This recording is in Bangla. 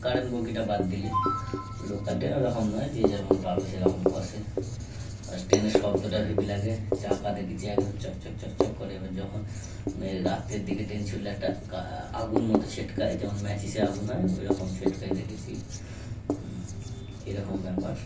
কারেন্ট বগিটা বাদ দিলে লোকাল ট্রেন ওরকম নয় যে যেমন পাবে সেরকম বসে আর ট্রেনের শব্দটা হেবি লাগে চাকা দেকেছি একদম চকচক চকচক করে এবার যখন এই রাত্রের দিকে ট্রেন ছুটলে একটা কা আগুন মতো ছিটকায় যেমন ম্যাচিসে আগুন হয় ওই রকম ছেটকায় দেখেছি এরকম ব্যাপার